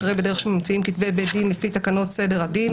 אחרי "בדרך שממציאים כתבי בית דין לפי תקנות סדר הדין"